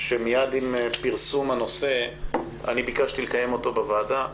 שמיד עם פרסום הנושא ביקשתי לקיים אותו בוועדה,